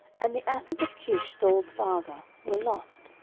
and the asses of kish saul's father were lost.